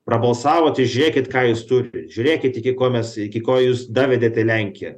prabalsavot ir žiūrėkit ką jūs turit žiūrėkit iki ko mes iki ko jūs davedėte lenkiją